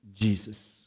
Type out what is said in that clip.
Jesus